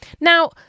now